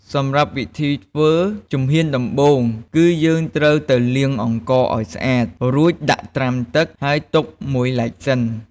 សម្រាប់វិធីធ្វើ ជំហានដំបូង គឺយើងត្រូវទៅលាងអង្ករឱ្យស្អាត រួចដាក់ត្រាំទឹក ហើយទុកមួយឡែកសិន។